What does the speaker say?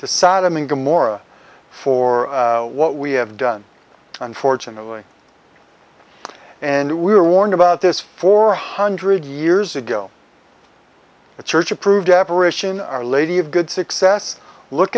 to sodom and gomorrah for what we have done unfortunately and we were warned about this four hundred years ago a church approved apparition our lady of good success look